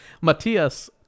matthias